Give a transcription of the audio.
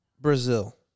Brazil